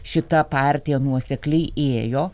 šita partija nuosekliai ėjo